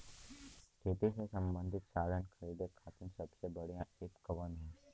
खेती से सबंधित साधन खरीदे खाती सबसे बढ़ियां एप कवन ह?